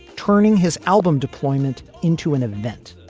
turning his album deployment into an event